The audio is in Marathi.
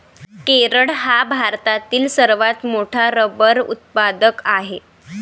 केरळ हा भारतातील सर्वात मोठा रबर उत्पादक आहे